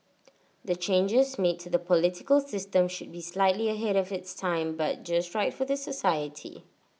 the changes made to the political system should be slightly ahead of its time but just right for the society